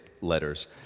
letters